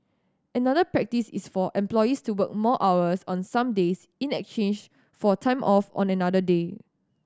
another practice is for employees to work more hours on some days in exchange for time off on another day